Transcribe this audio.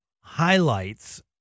highlights